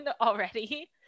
already